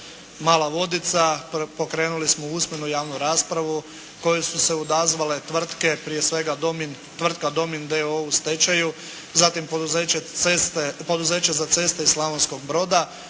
Mala Vodica, pokrenuli smo usmenu i javnu raspravu, kojoj su se odazvale tvrtke prije svega Domin, tvrtka Domin d.o.o, u stečaju, zatim poduzeće za ceste iz Slavonskog broda,